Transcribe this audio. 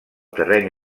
terreny